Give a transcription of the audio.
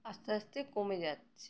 আস্তে আস্তে কমে যাচ্ছে